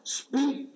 speak